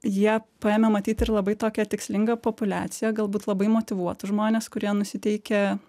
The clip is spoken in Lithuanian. jie paėmė matyt ir labai tokią tikslingą populiaciją galbūt labai motyvuotus žmones kurie nusiteikę